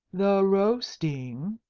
the roasting,